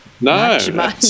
No